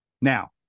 Now